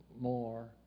more